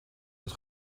het